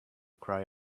cry